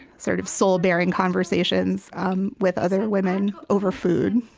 sort of soul-baring conversations um with other women over food